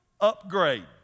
upgrade